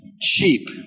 cheap